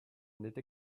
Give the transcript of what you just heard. nette